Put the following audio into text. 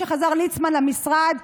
כשחזר ליצמן למשרד,